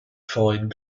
fine